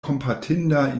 kompatinda